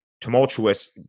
tumultuous